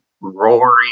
roaring